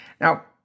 Now